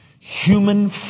Human